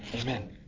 Amen